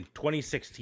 2016